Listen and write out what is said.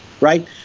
Right